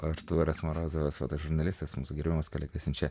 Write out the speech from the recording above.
artūras morozovas fotožurnalistas mūsų gerbiamas kolega siunčia